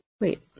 Wait